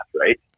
right